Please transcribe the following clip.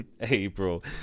april